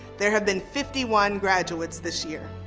there have been fifty one graduates this year.